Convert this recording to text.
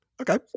Okay